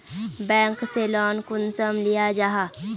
Bank से loan कुंसम लिया जाहा?